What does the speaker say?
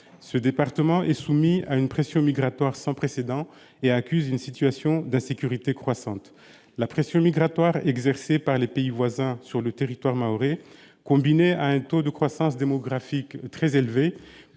Ce département est soumis à une pression migratoire sans précédent et accuse une situation d'insécurité croissante. La pression migratoire exercée par les pays voisins sur le territoire mahorais, combinée à un taux de croissance démographique très élevé,